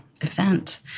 event